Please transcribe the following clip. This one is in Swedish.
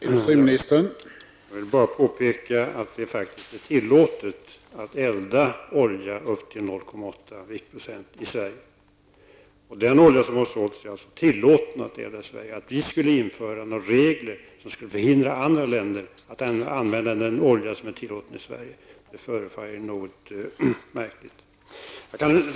Herr talman! Jag vill bara påpeka att det faktiskt är tillåtet att elda med olja som har en svavelhalt upp till 0,8 viktprocent i Sverige. Den olja som har sålts är det således tillåtet att elda med i Sverige. Att vi skulle införa regler som skulle förhindra andra länder att använda olja som är tillåten i Sverige förefaller något märkligt.